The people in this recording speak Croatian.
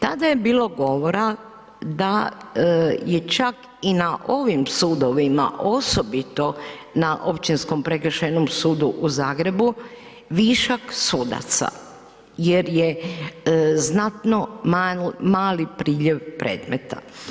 Tada je bilo govora da je čak i na ovim sudovima osobito na Općinskom prekršajnom sudu u Zagrebu višak sudaca, jer je znatno mali priljev predmeta.